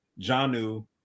Janu